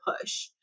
push